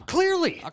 Clearly